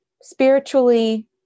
spiritually